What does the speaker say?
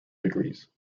degrees